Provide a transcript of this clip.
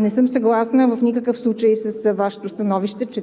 Не съм съгласна в никакъв случай с Вашето становище, че